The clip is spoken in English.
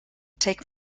take